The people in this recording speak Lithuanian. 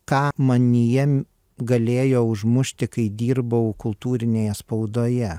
ką manyje galėjo užmušti kai dirbau kultūrinėje spaudoje